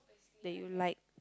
that you like